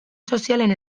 sozialen